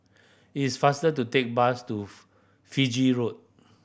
it is faster to take bus to Fiji Road